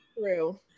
true